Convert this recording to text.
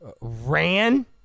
ran